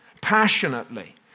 passionately